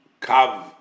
Kav